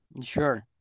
sure